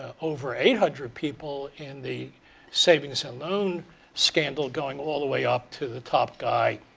over eight hundred people in the savings and loan scandal going all the way up to the top guy,